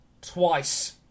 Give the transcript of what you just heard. twice